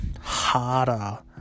harder